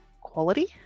quality